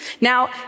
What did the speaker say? Now